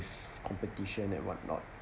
competition and what not